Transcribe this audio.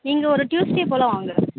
நீங்கள் ஒரு டியூஸ்டே போல் வாங்க